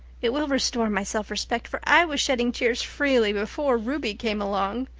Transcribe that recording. it will restore my self-respect, for i was shedding tears freely before ruby came along.